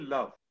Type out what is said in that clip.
Love